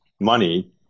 money